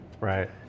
right